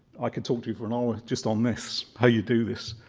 i could talk to you for an hour just on this, how you do this.